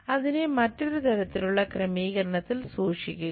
അതിനെ മറ്റൊരു തരത്തിലുള്ള ക്രമീകരണത്തിൽ സൂക്ഷിക്കുക